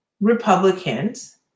Republicans